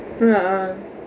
ah ah